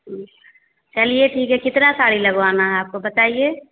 चलिए ठीक है कितना साड़ी लगवाना है आपको बताइए